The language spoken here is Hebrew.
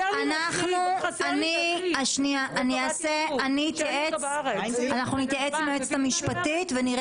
אנחנו נתייעץ עם היועצת המשפטית ונראה